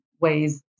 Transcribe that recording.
ways